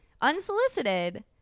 Unsolicited